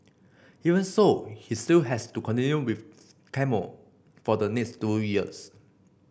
even so he still has to continue with chemo for the next two years